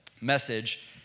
message